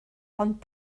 ond